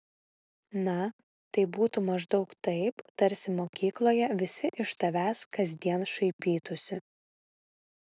na tai būtų maždaug taip tarsi mokykloje visi iš tavęs kasdien šaipytųsi